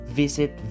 visit